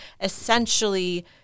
essentially